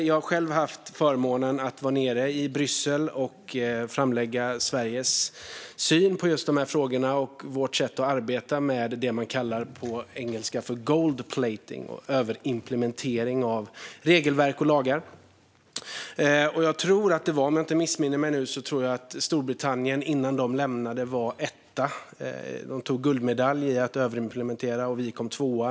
Jag har själv haft förmånen att vara nere i Bryssel och framlägga Sveriges syn på just de här frågorna och vårt sätt att arbeta med det som man på engelska kallar gold-plating, det vill säga överimplementering av regelverk och lagar. Jag tror, om jag inte missminner mig, att det var Storbritannien som var etta innan de lämnade - de tog guldmedalj i att överimplementera. Vi kom tvåa.